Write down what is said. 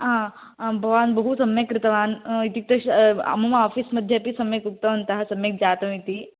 भवान् बहु सम्यक् कृतवान् इत्युक्ते मम ऑफिस् मध्ये अपि सम्यक् उक्तवन्तः सम्यक् जातम् इति